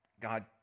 God